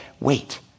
wait